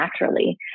naturally